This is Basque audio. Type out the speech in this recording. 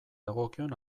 dagokion